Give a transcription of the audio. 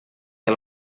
què